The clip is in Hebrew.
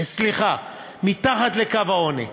סליחה, מתחת לקו העוני.